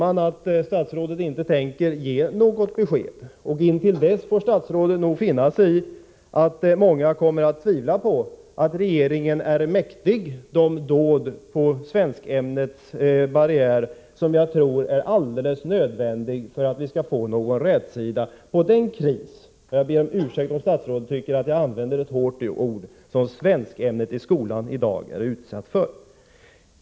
Jag inser att statsrådet inte tänker ge något besked, och tills besked lämnas får statsrådet finna sig i att många kommer att tvivla på att regeringen är mäktig de dåd på svenskämnets barrikad som jag tror är alldeles nödvändiga för att vi skall få någon rätsida på den kris — och jag ber om ursäkt om statsrådet tycker att jag använder ett hårt ord — som svenskämnet i skolan i dag har hamnat i.